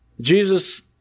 Jesus